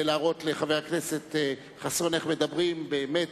להראות לחבר הכנסת חסון איך מדברים באמת